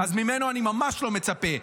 אז ממנו אני ממש לא מצפה.